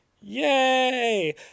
Yay